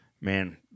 man